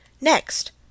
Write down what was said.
Next